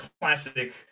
classic